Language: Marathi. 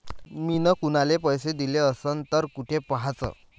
मिन कुनाले पैसे दिले असन तर कुठ पाहाचं?